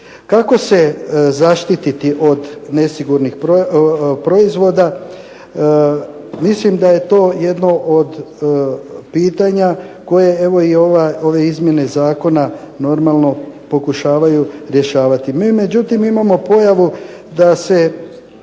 Kako se zaštititi od nesigurnih proizvoda? Mislim da je to jedno od pitanja koje evo i ove izmjene zakona normalno pokušavaju rješavati. Mi međutim imamo pojavu da se